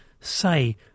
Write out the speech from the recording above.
say